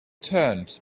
turnt